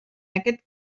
aquest